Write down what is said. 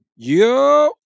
yo